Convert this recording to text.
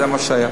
זה מה שהיה.